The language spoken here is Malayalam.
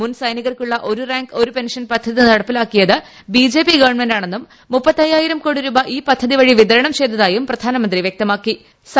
മുൻസൈനികർക്കുള്ള ഒരു റാങ്ക് ഒരു പെൻഷൻ പദ്ധതി നടപ്പിലാക്കിയത് ബി ജെ പി ഗവൺമെന്റാണെന്നും മുപ്പത്തയ്യായിരം കോടി രൂപ ഈ പദ്ധതി വഴി വിതരണം ചെയ്തതായും പ്രധാനമന്ത്രി പറഞ്ഞു